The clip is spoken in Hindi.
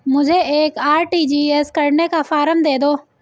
मुझे एक आर.टी.जी.एस करने का फारम दे दो?